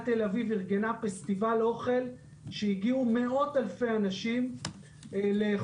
תל אביב ארגנה פסטיבל אוכל שאליו הגיעו מאות אלפי אנשים לאכול.